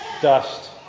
dust